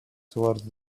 toward